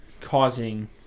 causing